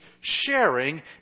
sharing